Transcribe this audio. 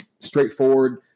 straightforward